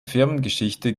firmengeschichte